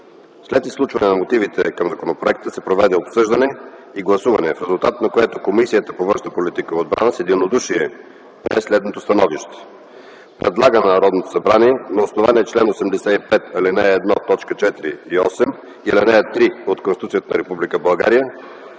След изслушване на мотивите към законопроекта се проведе обсъждане и гласуване, в резултат на което Комисията по външна политика и отбрана с единодушие прие следното становище: Предлага на Народното събрание на основание чл. 85, ал. 1, т. 4 и 8, и ал. 3 от Конституцията на